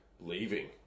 leaving